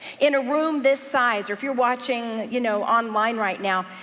in a room this size, or if you're watching, you know, online right now,